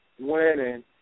winning